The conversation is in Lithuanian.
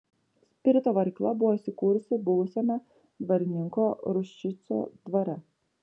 spirito varykla buvo įsikūrusi buvusiame dvarininko ruščico dvare